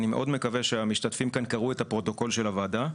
אני מאוד מקווה שהמשתתפים כאן קראו את הפרוטוקול של הוועדה.